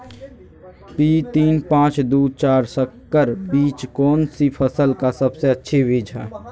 P तीन पांच दू चार संकर बीज कौन सी फसल का सबसे अच्छी बीज है?